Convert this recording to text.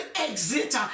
exit